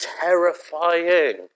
terrifying